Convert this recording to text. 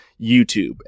YouTube